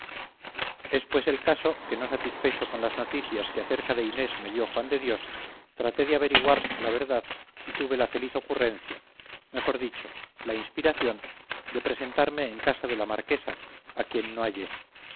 pues el caso que no satisfecho con las noticias que acerca de inés me dio juan de dios traté de averiguar la verdad y tuve la feliz ocurrencia mejor dicho la inspiración de presentarme en casa de la marquesa a quien no hallé